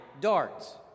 darts